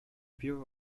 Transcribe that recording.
shapiro